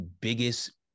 biggest